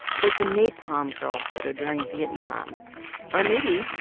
like the napalm girl photo during vietnam or maybe,